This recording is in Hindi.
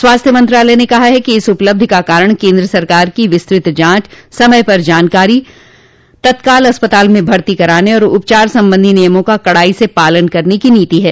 स्वास्थ्य मंत्रालय ने कहा है कि इस उपलब्धि का कारण केन्द्र सरकार की विस्तृत जांच समय पर निगरानी तत्काल अस्पताल में भर्ती कराने और उपचार संबंधी नियमों का कडाई से पालन करने की नीति है